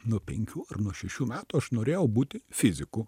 nuo penkių ar nuo šešių metų aš norėjau būti fiziku